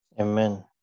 Amen